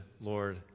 Lord